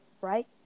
right